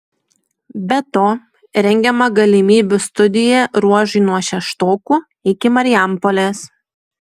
be to rengiama galimybių studija ruožui nuo šeštokų iki marijampolės